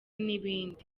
n’ibindi